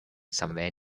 somewhere